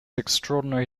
extraordinary